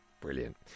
Brilliant